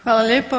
Hvala lijepo.